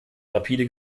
rapide